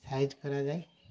size କରାଯାଏ